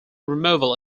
removal